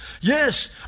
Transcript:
Yes